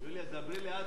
יוליה, דברי לאט,